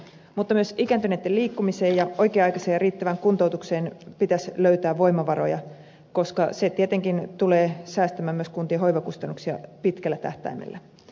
mutta myös ikääntyneitten liikkumiseen ja oikea aikaiseen ja riittävään kuntoutukseen pitäisi löytää voimavaroja koska se tietenkin tulee säästämään myös kuntien hoivakustannuksia pitkällä tähtäimellä